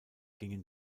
gingen